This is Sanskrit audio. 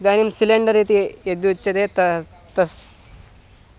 इदानीं सिलिण्डर् इति यद्युच्यते त तस्य